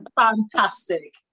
fantastic